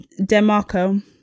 demarco